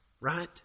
Right